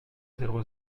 zéro